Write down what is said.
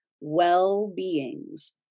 well-beings